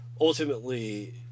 ultimately